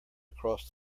across